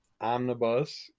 Omnibus